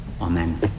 amen